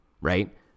right